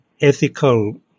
ethical